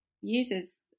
uses